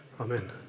Amen